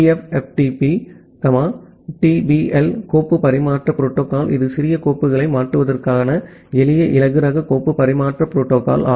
TFTP TBL கோப்பு பரிமாற்ற protocol இது சிறிய கோப்புகளை மாற்றுவதற்கான எளிய இலகுரக கோப்பு பரிமாற்ற புரோட்டோகால்